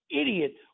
idiot